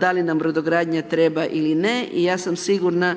da li nam brodogradnja treba ili ne. Ja sam sigurna